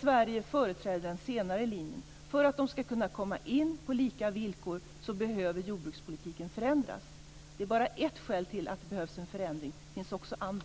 Sverige företräder den senare linjen. För att de ska kunna komma in på lika villkor behöver jordbrukspolitiken förändras. Det är bara ett skäl till att det behövs en förändring. Det finns också andra.